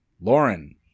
Lauren